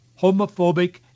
homophobic